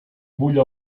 bull